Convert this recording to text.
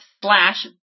Slash